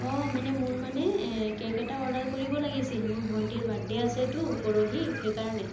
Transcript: অঁ মানে মোৰ মানে কেক এটা অৰ্ডাৰ কৰিব লাগিছিল মোৰ ভণ্টীৰ বাৰ্থডে' আছেতো পৰহি সেইকাৰণে